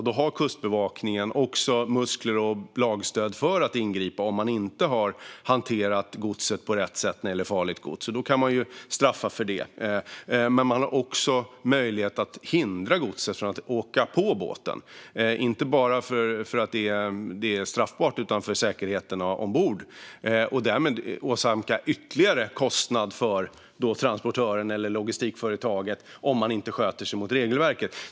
Då har Kustbevakningen också muskler och lagstöd för att ingripa om man inte hanterar farligt gods på rätt sätt, och man kan straffas för det. Det finns också möjlighet att hindra godset från att köras ombord på båten, inte bara för att godset i sig har hanterats på ett straffbart sätt utan också med tanke på säkerheten ombord. Därmed åsamkas transportören eller logistikföretaget ytterligare kostnad om de inte sköter sig enligt regelverket.